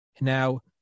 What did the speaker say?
Now